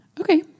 Okay